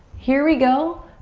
here we go.